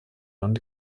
und